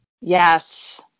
Yes